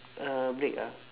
uh break ah